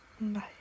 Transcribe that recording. bye